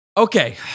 Okay